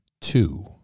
two